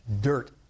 dirt